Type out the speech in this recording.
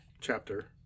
Chapter